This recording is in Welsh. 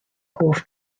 hoff